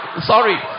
sorry